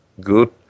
good